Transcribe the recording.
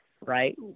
right